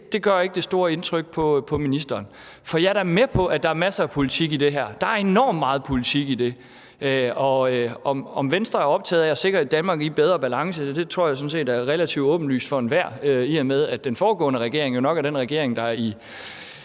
Det gør ikke det store indtryk på ministeren. For jeg er da med på, at der er masser af politik i det her. Der er enormt meget politik i det. Og om Venstre er optaget af at sikre et Danmark i bedre balance? Ja, det tror jeg sådan set er relativt åbenlyst for enhver, i og med at den foregående regering jo nok er den regering, der i